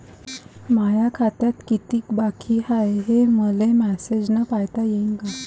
माया खात्यात कितीक बाकी हाय, हे मले मेसेजन पायता येईन का?